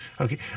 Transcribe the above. Okay